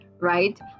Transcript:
right